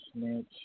snitch